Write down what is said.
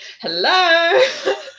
hello